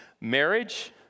marriage